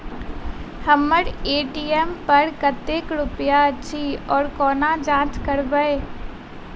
हम्मर ए.टी.एम पर कतेक रुपया अछि, ओ कोना जाँच करबै?